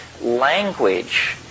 language